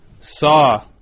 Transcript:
saw